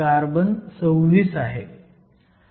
carbon 26 आहे